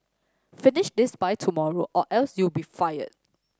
finish this by tomorrow or else you'll be fired